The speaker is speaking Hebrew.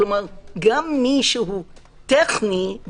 גם מי שהוא טכני,